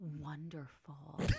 wonderful